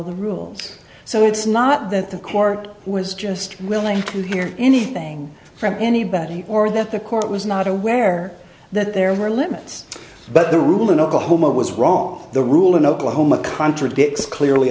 the rules so it's not that the court was just willing to hear anything from anybody or that the court was not aware that there were limits but the rule in oklahoma was wrong the rule in oklahoma contradicts clearly